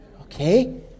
okay